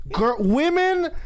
Women